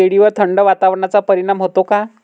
केळीवर थंड वातावरणाचा परिणाम होतो का?